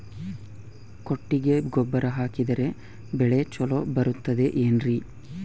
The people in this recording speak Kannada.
ಕೊಟ್ಟಿಗೆ ಗೊಬ್ಬರ ಹಾಕಿದರೆ ಬೆಳೆ ಚೊಲೊ ಬರುತ್ತದೆ ಏನ್ರಿ?